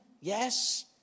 yes